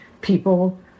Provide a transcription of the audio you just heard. people